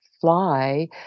Fly